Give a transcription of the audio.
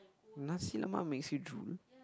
Nasi-Lemak makes you drool